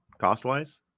cost-wise